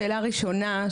שאלה ראשונה,